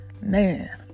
man